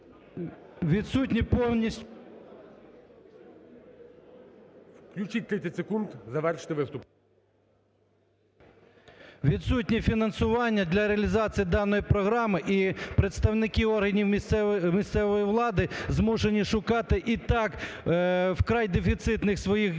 …відсутнє фінансування для реалізації даної програми. І представники органів місцевої влади змушені шукати і так у вкрай дефіцитних своїх